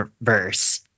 verse